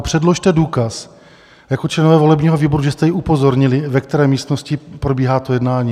Předložte důkaz jako členové volebního výboru, že jste ji upozornili, ve které místnosti probíhá to jednání.